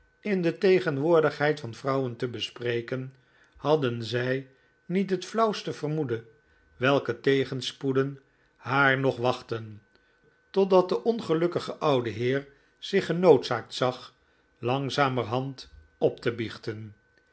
in de tegenwoordigheid van vrouwen te bespreken hadden zij niet het flauwste vermoeden welke tegenspoeden haar nog wachtten totdat de ongelukkige oude heer zich genoodzaakt zag langzamerhand op te biechten